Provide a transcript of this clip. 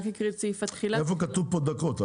איפה כתוב כאן דקות?